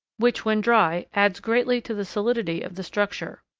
which, when dry, adds greatly to the solidity of the structure.